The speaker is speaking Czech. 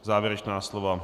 Závěrečná slova?